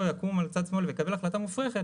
יקום על צד שמאל ויבוא ויקבל החלטה מופרכת,